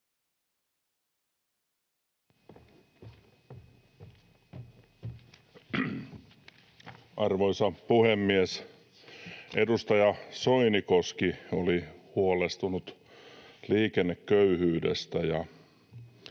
Arvoisa puhemies! Edustaja Soinikoski oli huolestunut liikenneköyhyydestä,